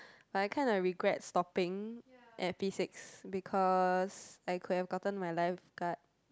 but I kinda regret stopping at P-six because I could have gotten my lifeguard